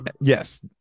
Yes